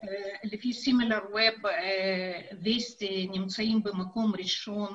לפי סימילר ווב וסטי נמצאים במקום ראשון